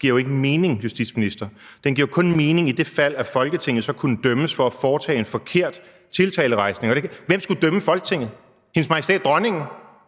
giver jo ikke mening, justitsminister. Den giver jo kun mening i det tilfælde, at Folketinget så kunne dømmes for at foretage en forkert tiltalerejsning. Og hvem skulle dømme Folketinget? Hendes Majestæt Dronningen?